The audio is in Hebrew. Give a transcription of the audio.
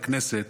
לכנסת,